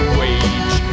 wage